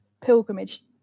pilgrimage